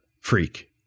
freak